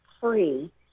free